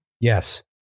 Yes